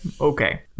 Okay